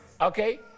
Okay